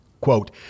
quote